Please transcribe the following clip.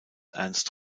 ernst